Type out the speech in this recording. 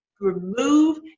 remove